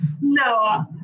No